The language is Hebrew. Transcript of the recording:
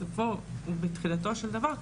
בסופו ובתחילתו של דבר,